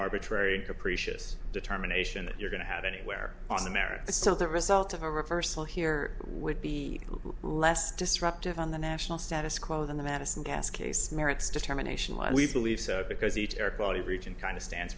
arbitrary and capricious determination that you're going to have anywhere on america so the result of a reversal here would be less disruptive on the national status quo than the madison gas case merits determination and we believe so because each air quality region kind of stands